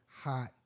hot